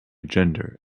gender